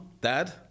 dad